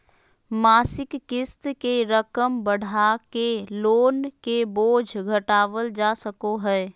मासिक क़िस्त के रकम बढ़ाके लोन के बोझ घटावल जा सको हय